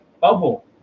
bubble